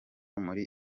muri